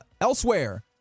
Elsewhere